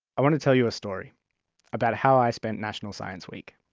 i want to tell you a story about how i spent national science week.